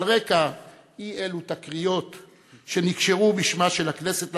על רקע אי-אלו תקריות שנקשרו בשמה של הכנסת לאחרונה,